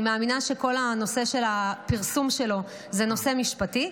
אני מאמינה שכל הנושא של הפרסום שלו זה נושא משפטי.